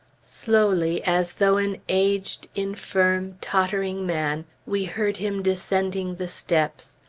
slowly, as though an aged, infirm, tottering man, we heard him descending the steps.